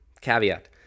caveat